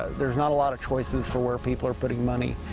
there is not a lot of choices for where people are putting money.